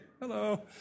Hello